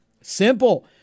Simple